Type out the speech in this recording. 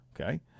Okay